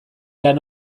lan